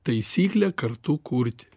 taisyklė kartu kurti